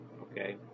Okay